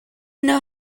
know